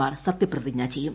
മാർ സത്യപ്രതിജ്ഞ ചെയ്യും